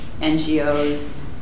NGOs